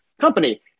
company